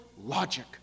logic